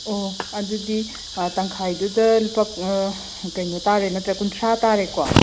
ꯑꯣ ꯑꯗꯨꯗꯤ ꯇꯪꯈꯥꯏꯗꯨꯗ ꯂꯨꯄꯥ ꯀꯩꯅꯣ ꯇꯥꯔꯦ ꯅꯠꯇ꯭ꯔꯥ ꯀꯨꯟꯊ꯭ꯔꯥ ꯇꯥꯔꯦꯀꯣ